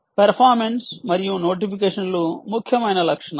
performance మరియు నోటిఫికేషన్లు ముఖ్యమైన లక్షణాలు